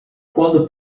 quando